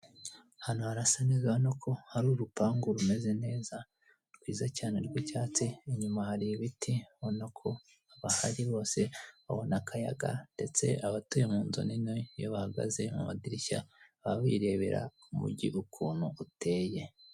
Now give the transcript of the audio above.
Aha hantu harasa neza urabona ko hari urupangu rumeze neza, rwiza cyane rw'icyatsi inyuma hari ibiti urabona ko abahari bose babona akayaga ndetse abatuye munzu nini iyo bahagaze mu madirishya baba birebera umugi ukuntu uteye.